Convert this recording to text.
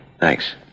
Thanks